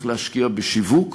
צריך להשקיע בשיווק,